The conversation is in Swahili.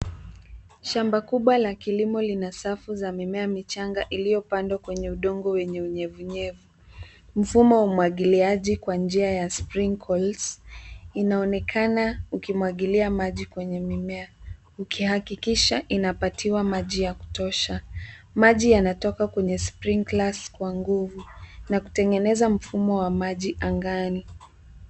Shamba kubwa la kilimo lina safu za mimea michanga iliyopandwa kwenye udongo wenye unyevunyevu. Mfumo wa umwagiliaji kwa njia ya sprinkles inaonekana ukimwagilia maji kwenye mimea, ukihakikisha inapatiwa maji ya kutosha. Maji yanatoka kwenye sprinklers kwa nguvu na kutengeneza mfumo wa maji angani.